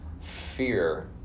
fear